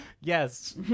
Yes